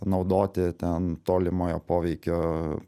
naudoti ten tolimojo poveikio